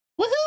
Woohoo